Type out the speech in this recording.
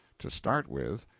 to start with,